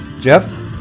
Jeff